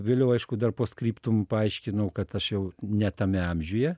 vėliau aišku dar post skriptum paaiškinau kad aš jau ne tame amžiuje